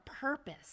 purpose